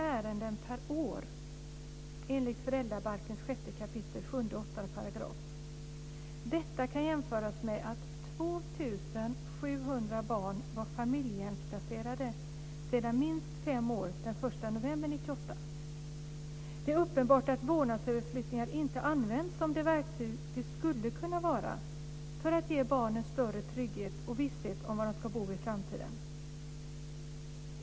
Under dessa år prövades 50 8 §§. Detta kan jämföras med att 2 700 barn var familjehemsplacerade sedan minst fem år den 1 november 1998. Det är uppenbart att vårdnadsöverflyttningar inte används som det verktyg de skulle kunna vara för att ge barnen större trygghet och visshet om var de ska bo i framtiden.